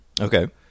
Okay